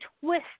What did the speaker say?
twist